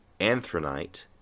anthronite